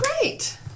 great